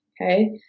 okay